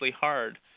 hard